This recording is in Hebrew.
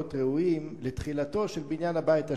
ראויים לתחילתו של בניין הבית השלישי.